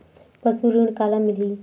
पशु ऋण काला मिलही?